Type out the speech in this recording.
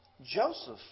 Joseph